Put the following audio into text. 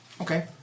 Okay